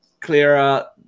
clearer